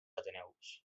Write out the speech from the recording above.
ateneus